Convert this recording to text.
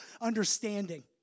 understanding